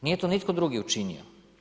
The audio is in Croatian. Nije to nitko drugi učinio.